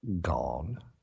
gone